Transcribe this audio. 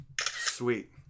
Sweet